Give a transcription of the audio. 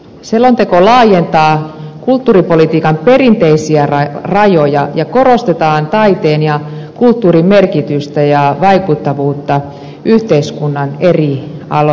selonteko laajentaa kulttuuripolitiikan perinteisiä rajoja ja korostaa taiteen ja kulttuurin merkitystä ja vaikuttavuutta yhteiskunnan eri alueilla